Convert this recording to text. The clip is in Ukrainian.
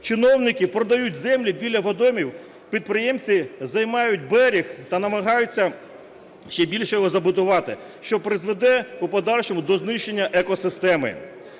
Чиновники продають землю біля водойм, підприємці займають берег та намагаються ще більше його забудувати, що призведе у подальшому до знищення екосистеми.